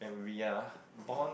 we are born